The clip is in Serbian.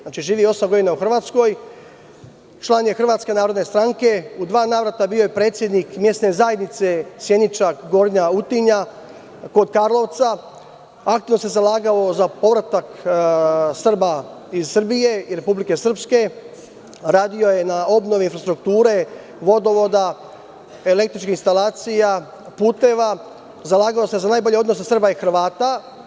Znači, živi osam godina u Hrvatskoj, član je Hrvatske narodne stranke, u dva navrata bio je predsednik mesne zajednice Sjeniča Gornja Utinja kod Karlovca, aktivno se zalagao za povratak Srba iz Srbije i Republike Srpske, radio je na obnovi infrastrukture, vodovoda, električnih instalacija, puteva, zalagao se za najbolje odnose Srba i Hrvata.